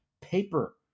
paper